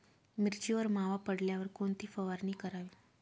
मिरचीवर मावा पडल्यावर कोणती फवारणी करावी?